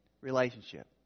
relationship